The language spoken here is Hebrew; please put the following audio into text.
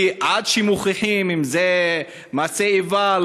כי עד שמוכיחים אם זה מעשה איבה,